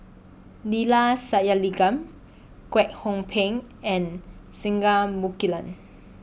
Neila Sathyalingam Kwek Hong Png and Singai Mukilan